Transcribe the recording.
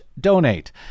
donate